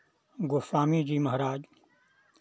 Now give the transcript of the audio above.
Goswami ji Maharaj